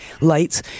lights